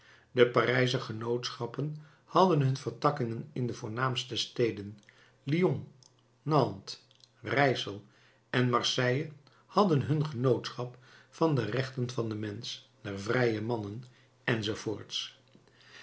de parijsche genootschappen hadden hun vertakkingen in de voornaamste steden lyon nantes rijssel en marseille hadden hun genootschap van de rechten van den mensch der vrije mannen